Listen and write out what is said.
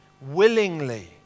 willingly